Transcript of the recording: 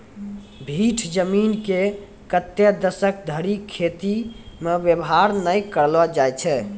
भीठ जमीन के कतै दसक धरि खेती मे वेवहार नै करलो जाय छै